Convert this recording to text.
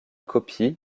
copie